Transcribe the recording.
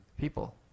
people